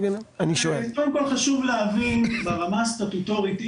קודם כל חשוב להבין ברמה הסטטוטורית,